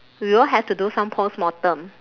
we all have to do some post mortem